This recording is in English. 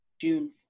June